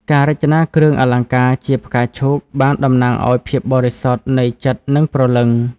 ការរចនាគ្រឿងអលង្ការជាផ្កាឈូកបានតំណាងឱ្យភាពបរិសុទ្ធនៃចិត្តនិងព្រលឹង។